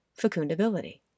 fecundability